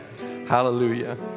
hallelujah